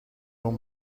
اون